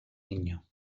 niño